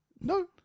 No